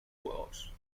juegos